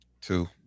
two